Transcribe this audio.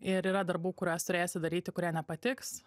ir yra darbų kuriuos turėsi daryti kurie nepatiks